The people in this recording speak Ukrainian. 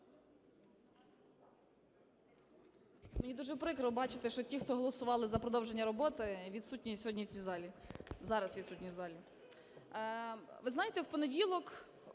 Мені дуже прикро бачити, що ті, хто голосували за продовження роботи, відсутні сьогодні в цій залі, зараз відсутні в залі. Ви знаєте, в понеділок